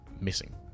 missing